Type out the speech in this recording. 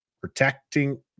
protecting